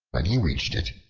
when he reached it,